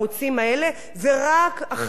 ורק אחרי לחצים,